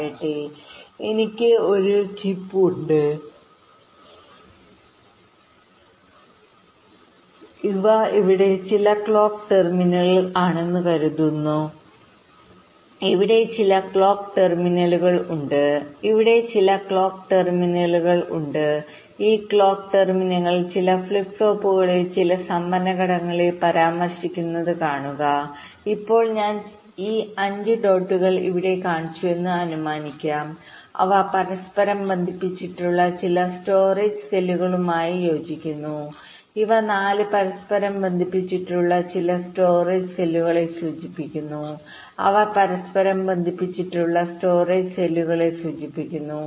പറയട്ടെ എനിക്ക് ഒരു ചിപ്പ് ഉണ്ട് ഇവ ഇവിടെ ചില ക്ലോക്ക് ടെർമിനലുകൾ ആണെന്ന് കരുതുക ഇവിടെ ചില ക്ലോക്ക് ടെർമിനലുകൾ ഉണ്ട് ഇവിടെ ചില ക്ലോക്ക് ടെർമിനലുകൾ ഉണ്ട് ഈ ക്ലോക്ക് ടെർമിനലുകൾ ചില ഫ്ലിപ്പ് ഫ്ലോപ്പുകളെയോ ചില സംഭരണ ഘടകങ്ങളെയോ പരാമർശിക്കുന്നത് കാണുക ഇപ്പോൾ ഞാൻ ഈ 5 ഡോട്ടുകൾ ഇവിടെ കാണിച്ചുവെന്ന് അനുമാനിക്കാം അവ പരസ്പരം ബന്ധിപ്പിച്ചിട്ടുള്ള ചില സ്റ്റോറേജ് സെല്ലുകളുമായി യോജിക്കുന്നു ഇവ 4 പരസ്പരം ബന്ധിപ്പിച്ചിട്ടുള്ള ചില സ്റ്റോറേജ് സെല്ലുകളെ സൂചിപ്പിക്കുന്നു അവ പരസ്പരം ബന്ധിപ്പിച്ചിട്ടുള്ള സ്റ്റോറേജ് സെല്ലുകളെ സൂചിപ്പിക്കുന്നു